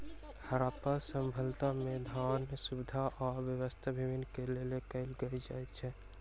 हरप्पा सभ्यता में, धान, सुविधा आ वस्तु विनिमय के लेल कयल जाइत छल